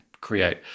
create